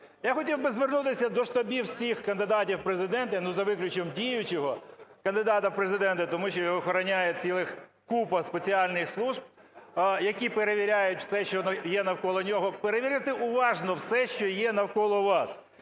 Я хотів би звернутися до штабів всіх кандидатів в Президенти, ну, за виключенням діючого кандидата в Президенти, тому що його охороняє ціла купа спеціальних служб, які перевіряють все, що є навколо нього, перевірити уважно все, що є навколо вас.